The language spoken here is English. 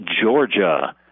Georgia